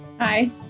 Hi